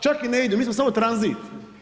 Čak i ne idu, mi smo samo tranzit.